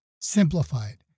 simplified